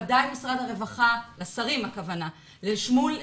ודאי למשרד הרווחה הכוונה היא לשרים,